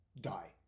die